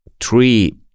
three